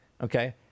okay